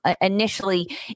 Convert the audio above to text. initially